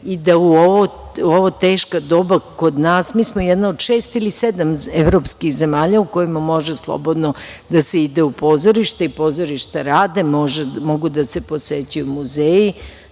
i da u ova teška doba kod nas, mi smo jedna od šest ili sedam evropskih zemalja u kojima može slobodno da se ide u pozorište i pozorišta rade, mogu da se posećuju muzeji,